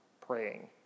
praying